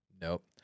nope